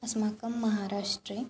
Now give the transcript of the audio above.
अस्माकं महाराष्ट्रे